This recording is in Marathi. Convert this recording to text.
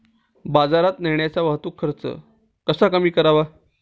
बाजारात नेण्याचा वाहतूक खर्च कसा कमी करावा?